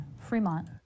Fremont